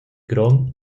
grond